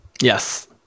Yes